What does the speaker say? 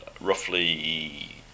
roughly